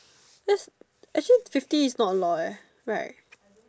that's actually fifty is not a lot eh right